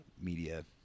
media